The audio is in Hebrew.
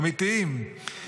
אמיתיים.